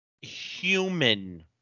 human